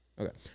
Okay